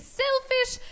selfish